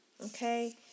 okay